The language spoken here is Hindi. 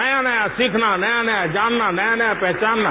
नया नया सीखना नया नया जानना नया नया पहचानना